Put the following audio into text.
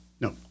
No